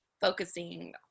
focusing